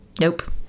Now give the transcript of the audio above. nope